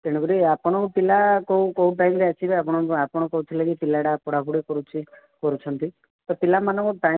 ତେଣୁକରି ଆପଣଙ୍କ ପିଲା କେଉଁ କେଉଁ ଟାଇମ୍ରେ ଆସିବେ ଆପଣଙ୍କ ଆପଣ କହୁଥିଲେ ପିଲାଟା ପଢ଼ାପଢ଼ି କରୁଛି କରୁଛନ୍ତି ତ ପିଲାମାନଙ୍କ ଟା